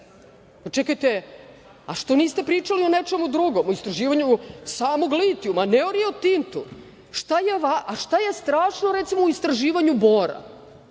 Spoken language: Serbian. Čekajte, što niste pričali o nečemu drugom? O istraživanju samog litijuma, ne o Rio Tintu. Šta je strašno, recimo, u istraživanju bora?